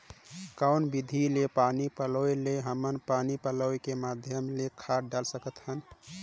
कौन विधि के पानी पलोय ले हमन पानी पलोय के माध्यम ले खाद डाल सकत हन?